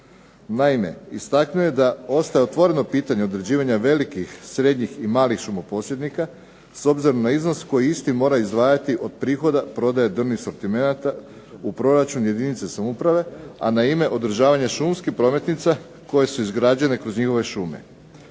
Naime, istaknuo je da ostaje otvoreno pitanje određivanja velikih, srednjih i malih šumoposjednika s obzirom na iznos koji isti mora izdvajati od prihoda prodaje drvnih asortimenata u proračun jedinice samouprave, a na ime održavanja šumskih prometnica koje su izgrađene kroz njihove šume.